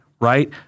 right